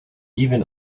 even